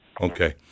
Okay